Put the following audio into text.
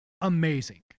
amazing